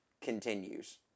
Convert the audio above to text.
continues